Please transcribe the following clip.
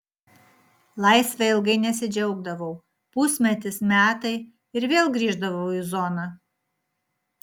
laisve ilgai nesidžiaugdavau pusmetis metai ir vėl grįždavau į zoną